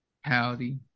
Howdy